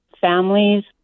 families